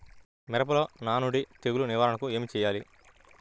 మిరపలో నానుడి తెగులు నివారణకు ఏమి చేయాలి?